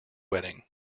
wedding